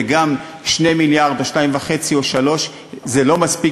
וגם 2 מיליארד או 2.5 או 3 זה לא מספיק,